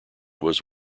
was